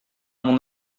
mon